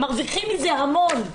מרוויחים מזה המון...